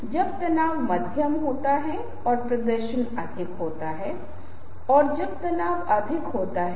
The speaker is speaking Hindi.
बायीं ओर का व्यक्ति दायीं ओर के व्यक्ति की तुलना में बेहतर कपड़े पहने हुए प्रतीत होता है